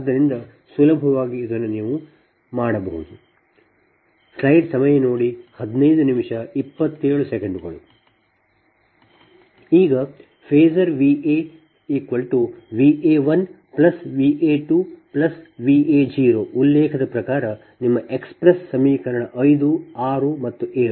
ಆದ್ದರಿಂದ ಸುಲಭವಾಗಿ ನೀವು ಇದನ್ನು ಮಾಡಬಹುದು ಈಗ phasor V a V a1 V a2 V a0 ಉಲ್ಲೇಖದ ಪ್ರಕಾರ ನಿಮ್ಮ ಎಕ್ಸ್ಪ್ರೆಸ್ ಸಮೀಕರಣ 5 6 ಮತ್ತು 7